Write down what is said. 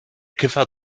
kiffer